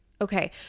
Okay